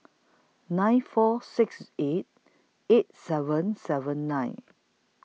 nine four six eight eight seven seven nine